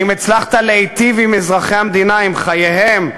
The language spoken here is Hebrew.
האם הצלחת להיטיב עם אזרחי המדינה, עם חייהם?